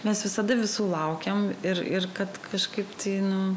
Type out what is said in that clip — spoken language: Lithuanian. mes visada visų laukiam ir ir kad kažkaip tai nu